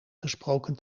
gesproken